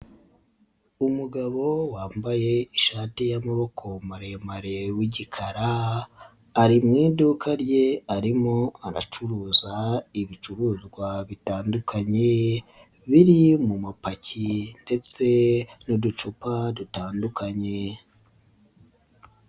Umugabo wambaye ishati y'amaboko maremare w'igikara ari mu iduka rye arimo aracuruza ibicuruzwa bitandukanye biri mu mapaki ndetse n'uducupa dutandukanye.